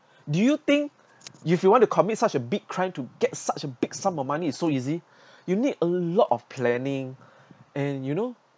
do you think if you want to commit such a big crime to get such a big sum of money is so easy you need a lot of planning and you know